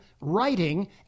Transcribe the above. writing